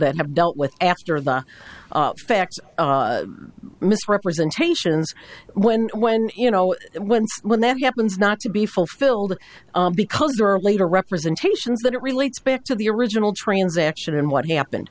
that have dealt with after the fact misrepresentations when when you know when when that happens not to be fulfilled because there are later representations that it relates back to the original transaction and what happened